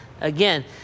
again